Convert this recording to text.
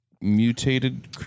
mutated